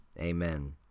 Amen